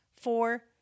four